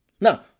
Now